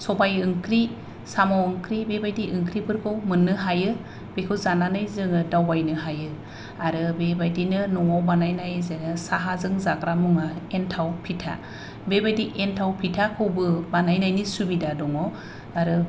सबाय ओंख्रि साम' ओंख्रि बेबादि ओंख्रिफोरखौ मोननो हायो बेखौ जानानै दावबायनो हायो आरो बेबादिनो न'आव बानायननाय साहाजों जाग्रा मुवा एनथाव फिथा बेबादि एनथाव फिथाखौबो बानायनायनि सुबिदा दङ आरो